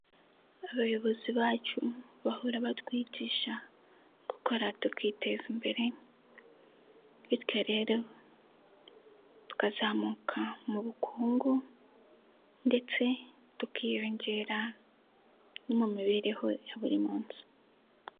Abayobozi bacu bahora batwigisha gukora tukiteza imbere bityo rero tukazamuka mu bukungu ndetse tukiyongera no mu mibereho ya buri munsi.